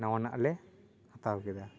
ᱱᱟᱣᱟ ᱱᱟᱜ ᱞᱮ ᱦᱟᱛᱟᱣ ᱠᱮᱫᱟ